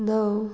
णव